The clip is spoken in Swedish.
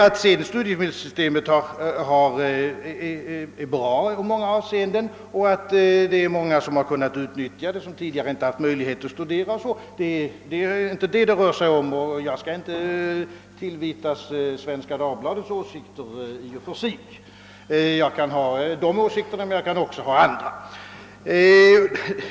Att studiemedelssystemet i övrigt är bra i många avseenden och att många, som tidigare inte haft möjlighet att studera, kunnat utnyttja det o. s. v. är en sak för sig — det är inte det som det nu gäller. Det finns inte heller någon anledning att tillvita mig Svenska Dagbladets åsikter — jag kan ha dessa åsikter man jag kan också hysa andra.